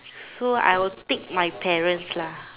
so I will tick my parents lah